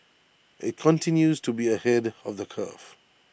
IT continues to be ahead of the curve